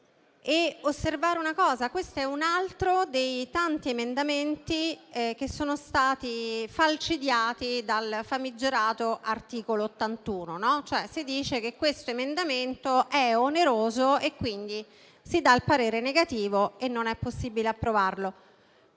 Osservo che questo è un altro dei tanti emendamenti che sono stati falcidiati dal famigerato articolo 81 della Costituzione. Si dice, cioè, che questo emendamento è oneroso e quindi si dà il parere negativo e non è possibile approvarlo.